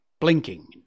blinking